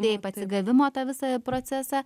taip atsigavimo tą visą procesą